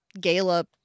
gala